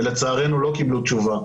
ולצערנו לא קיבלו תשובה.